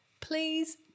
please